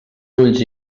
ulls